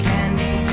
Candy